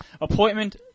appointment